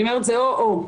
זה או-או.